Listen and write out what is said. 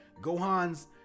Gohan's